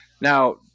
Now